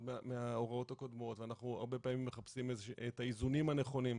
להוראות הקודמות ואנחנו הרבה פעמים מחפשים את האיזונים הנכונים.